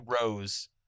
Rose